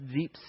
deep